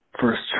first